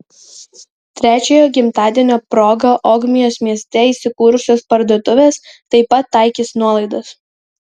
trečiojo gimtadienio proga ogmios mieste įsikūrusios parduotuvės taip pat taikys nuolaidas